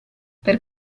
per